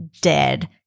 dead